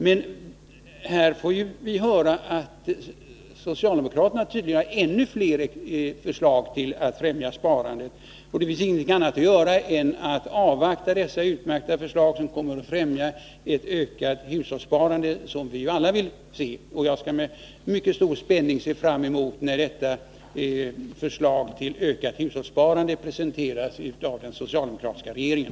Här får vi också höra att socialdemokraterna tydligen har ännu flera förslag när det gäller att främja sparandet. Det finns ingenting annat att göra än att avvakta dessa utmärkta förslag, som kommer att främja ett ökat hushållssparande, vilket vi alla vill se. Jag ser med stor spänning fram emot att dessa förslag till ökat hushållssparande presenteras av den socialdemokratiska regeringen.